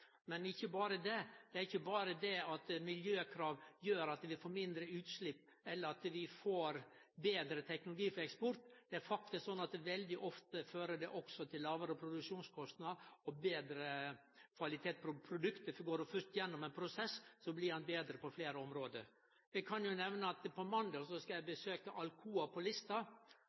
Men det er ikkje berre det at miljøkrav gjer at vi får mindre utslepp, eller at vi får betre teknologi for eksport. Det er faktisk sånn at det veldig ofte òg fører til lågare produksjonskostnad og betre kvalitet på produktet. For går du fyrst gjennom ein prosess, så blir han betre på fleire område. Eg kan jo nemne at eg på måndag skal besøke Alcoa på Lista.